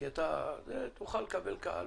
כדי שתוכל לקבל קהל'.